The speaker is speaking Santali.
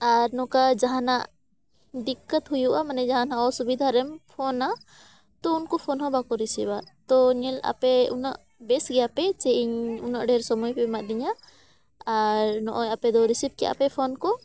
ᱟᱨ ᱱᱚᱝᱠᱟ ᱡᱟᱦᱟᱱᱟᱜ ᱫᱤᱠᱠᱟᱛ ᱦᱩᱭᱩᱜᱼᱟ ᱢᱟᱱᱮ ᱡᱟᱦᱟᱱᱟᱜ ᱚᱥᱩᱵᱤᱫᱷᱟ ᱨᱮᱢ ᱯᱷᱳᱱ ᱼᱟ ᱛᱳ ᱩᱱᱠᱩ ᱯᱷᱳᱱ ᱦᱚᱸ ᱵᱟᱠᱚ ᱨᱤᱥᱤᱵᱷ ᱼᱟ ᱛᱳ ᱧᱮᱞ ᱟᱯᱮ ᱩᱱᱟᱹᱜ ᱵᱮᱥ ᱜᱮᱭᱟ ᱯᱮ ᱡᱮ ᱤᱧ ᱩᱱᱟᱹᱜ ᱰᱷᱮᱨ ᱥᱚᱢᱚᱭ ᱯᱮ ᱮᱢᱟ ᱫᱤᱧᱟ ᱟᱨ ᱱᱚᱜᱼᱚᱭ ᱟᱯᱮ ᱫᱚ ᱨᱤᱥᱤᱵᱷ ᱠᱮᱫᱟ ᱯᱮ ᱯᱷᱳᱱ ᱠᱚ